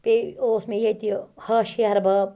بیٚیہِ اوس مےٚ ییٚتہِ ہَش ہِحٮ۪ر بَب